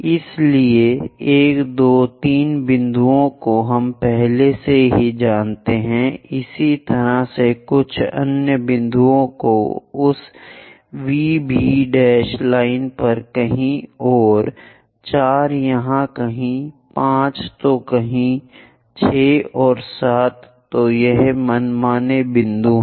इसलिए 1 2 3 बिंदुओं को हम पहले से ही जानते हैं इसी तरह से कुछ अन्य बिंदुओं को उस V B लाइन पर कहीं और 4 यहाँ कहीं 5 तो कहीं 6 और 7 तो ये मनमाने बिंदु हैं